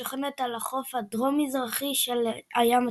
השוכנת על החוף הדרום־מזרחי של הים התיכון.